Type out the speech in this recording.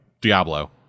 Diablo